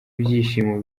ibyishimo